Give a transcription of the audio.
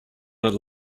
not